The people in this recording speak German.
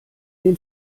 den